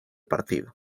partido